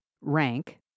rank